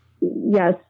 Yes